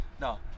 No